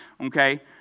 okay